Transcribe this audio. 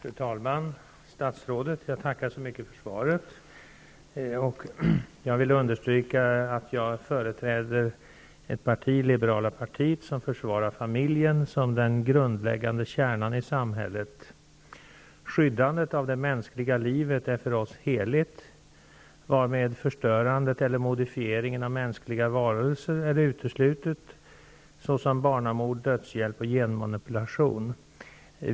Fru talman! Statsrådet! Jag tackar så mycket för svaret. Jag vill understryka att jag företräder ett parti, Liberala partiet, som försvarar familjen som den grundläggande kärnan i samhället. Skyddandet av det mänskliga livet är för oss heligt, varför förstörandet eller modifieringen av mänskliga varelser är uteslutet, såsom barnamord, dödshjälp och genmanipulation.